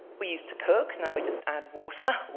we used to cook now we just add water,